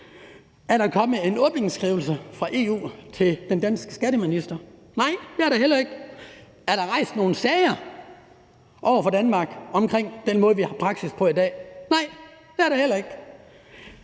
Er der kommet en åbningsskrivelse fra EU til den danske skatteminister? Nej, det er der heller ikke. Er der rejst nogen sager over for Danmark omkring vores praksis i dag? Nej, det er der heller ikke.